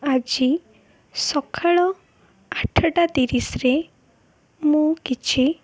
ଆଜି ସକାଳ ଆଠଟା ତିରିଶିରେ ମୁଁ କିଛି